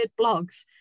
blogs